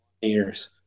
years